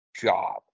job